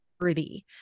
worthy